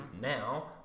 now